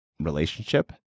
relationship